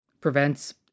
prevents